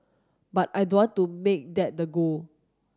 but I don't want to make that the goal